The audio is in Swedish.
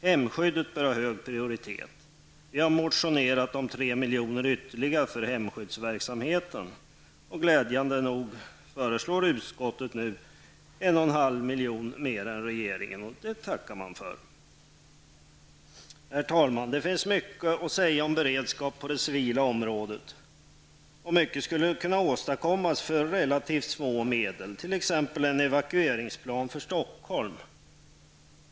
Hemskyddet bör ha hög prioritet. Vi har motionerat om 3 miljoner ytterligare för hemskyddsverksamheten. Glädjande nog föreslår utskottet nu 1,5 miljoner mer än regeringen. Det tackar man för. Herr talman! Det finns mycket att säga om beredskap på det civila området. Mycket skulle kunna åstadkommas för relativt små medel, t.ex. en evakueringsplan för Stockholm.